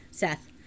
Seth